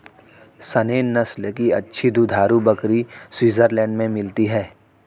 Saanen नस्ल की अच्छी दुधारू बकरी स्विट्जरलैंड में मिलती है